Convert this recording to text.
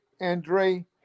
Andre